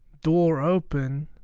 door open